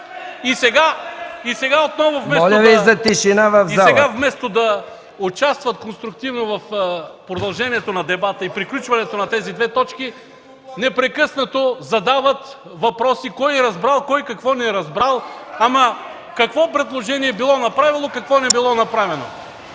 сега, вместо да участват конструктивно в продължението на дебата и приключването на тези две точки, непрекъснато задават въпроси, кой – разбрал, кой какво не разбрал, какво предложение било направено, какво предложение не било направено.